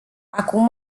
acum